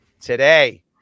Today